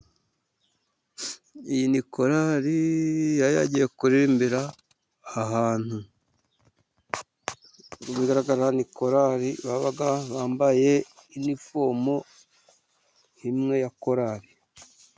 Iyi nikorari yari yagiye kuririmbira ahantu. Uko bigaragara nikora yambaye inifomu imwe yakorari.